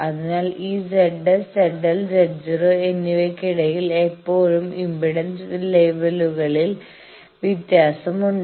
അതിനാൽ ഈ ZS ZL Z0 എന്നിവയ്ക്കിടയിൽ എപ്പോഴും ഇംപെഡൻസ് ലെവലുകളിൽ വ്യത്യാസമുണ്ട്